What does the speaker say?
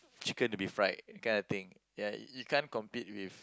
chicken to be fried that kind of thing ya you can't compete with